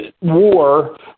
war